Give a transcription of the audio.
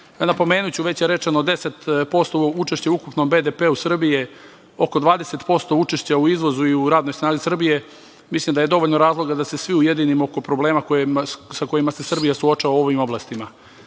napomenuću, već je rečeno, 10% učešća u ukupnom BDP-u Srbije, oko 20% učešća u izvozu i u radnoj snazi Srbije, mislim da je dovoljno razloga da se svi ujedinimo oko problema sa kojima se Srbija suočava u ovim oblastima. Naravno,